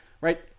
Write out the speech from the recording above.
right